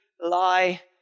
lie